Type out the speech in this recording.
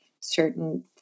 certain